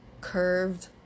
curved